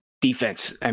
defense